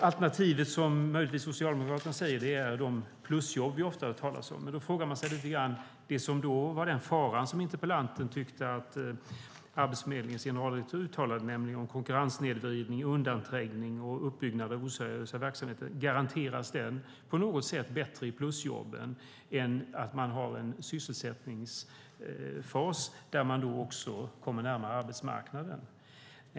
Alternativet, som Socialdemokraterna möjligtvis säger, är de plusjobb vi ofta hört talas om, men då frågar man sig lite grann: Den fara som interpellanten tyckte att Arbetsförmedlingens generaldirektör talade om, nämligen om konkurrenssnedvridning, undanträngning och uppbyggnad av oseriösa verksamheter, hanteras den på något sätt bättre i plusjobben än i en sysselsättningsfas där man kommer närmare arbetsmarknaden?